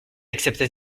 accepta